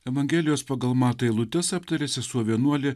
evangelijos pagal matą eilutes aptarė sesuo vienuolė